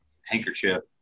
handkerchief